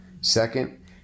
Second